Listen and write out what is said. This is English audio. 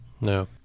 No